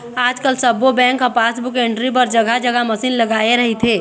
आजकाल सब्बो बेंक ह पासबुक एंटरी बर जघा जघा मसीन लगाए रहिथे